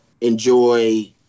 enjoy